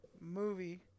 movie